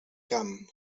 camp